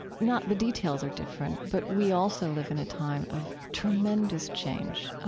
not the details are different, but we also live in a time of tremendous change.